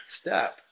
step